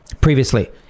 previously